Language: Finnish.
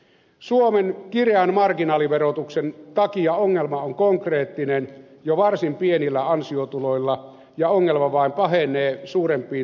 suomen kireän marginaaliverotuksen takia ongelma on konkreettinen jo varsin pienillä ansiotuloilla ja ongelma vain pahenee suurempiin työtuloihin mentäessä